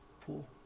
pool